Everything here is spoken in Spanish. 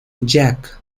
jack